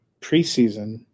preseason